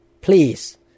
please